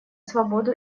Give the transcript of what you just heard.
свободу